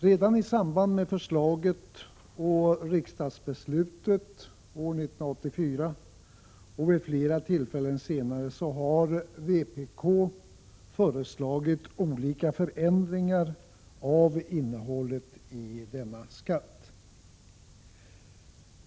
Redan i samband med förslaget och riksdagsbeslutet år 1984, liksom vid flera senare tillfällen, har vpk föreslagit olika förändringar av innehållet i denna skatt.